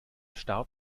start